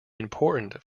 important